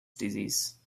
disease